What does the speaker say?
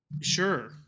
Sure